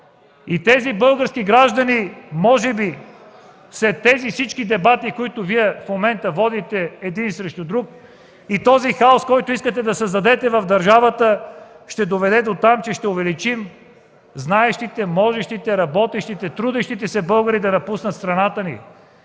Вашата политика. Може би всичките дебати, които в момента водите един срещу друг, и този хаос, който искате да създадете в държавата, ще доведат дотам, че ще увеличим знаещите, можещите, работещите, трудещите се българи да напуснат страната ни.